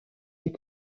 les